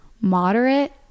moderate